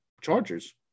Chargers